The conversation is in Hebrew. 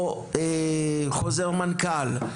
חוזר מנכ"ל,